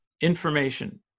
information